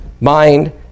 mind